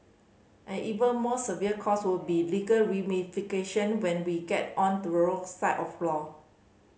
an even more severe cost would be legal ramification when we get on the wrong side of law